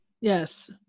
Yes